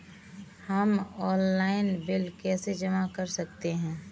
हम online bill कैसे जमा कर सकते हैं?